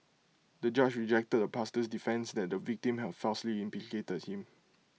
the judge rejected the pastor's defence that the victim had falsely implicated him